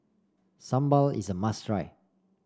Sambal is a must try